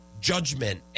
judgment